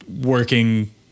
working